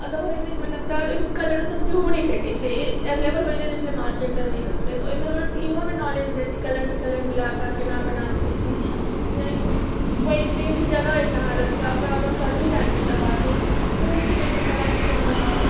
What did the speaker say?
अतऽ होइत छलै जे मतलब तकर बाद ओहिमे कलरो सब सेहो नहि भेटैत छलै अवेलेबल होइते नहि छलै मार्केट रहैत नहि छलै तऽ ओहिमे हमरा सबकेँ इहोमे नॉलेज भेल जे कलरमे कलर मिला कऽ केना बनाए सकैत छी यानी कि पैघ बेसी जगह अछि अहाँ लग ओकरा कनी टाइममे करबाके अइ तऽ कओन चीज ओहि पर कलाकृति हम बनाउ